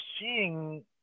seeing